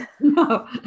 No